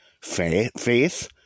Faith